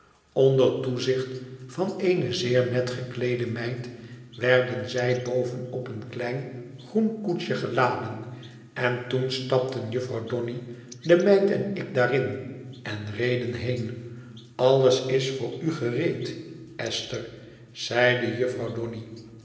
onder toezicht van eene zeer net gekleede meid werden zij boven op een zeer klein groen koetsje geladen en toen stapten jufvrouw donny de meid en ik daarin en reden heen alles is voor u gereed esther zeide jufvrouw donny